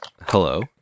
hello